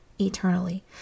eternally